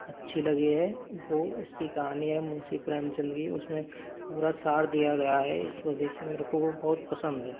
अच्छी लगी है वो उसकी कहानी है मुंशी प्रेमचंद की उसमें पूरा सार दिया गया है इस वजह से मेरे को वो बहुत पसंद है